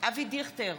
אבי דיכטר,